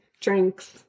drinks